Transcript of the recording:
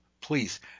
please